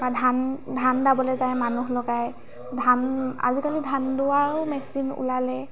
তাপা ধান ধান দাবলৈ যায় মানুহ লগায় ধান আজিকালি ধান দোৱাও মেচিন ওলালে